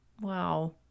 wow